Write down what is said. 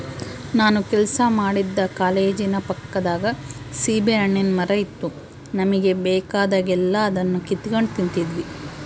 ನಾನು ಕೆಲಸ ಮಾಡ್ತಿದ್ದ ಕಾಲೇಜಿನ ಪಕ್ಕದಾಗ ಸೀಬೆಹಣ್ಣಿನ್ ಮರ ಇತ್ತು ನಮುಗೆ ಬೇಕಾದಾಗೆಲ್ಲ ಅದುನ್ನ ಕಿತಿಗೆಂಡ್ ತಿಂತಿದ್ವಿ